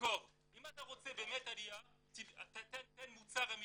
אם אתה רוצה באמת עליה, תן מוצר אמיתי.